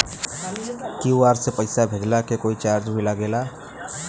QR से पैसा भेजला के कोई चार्ज भी लागेला?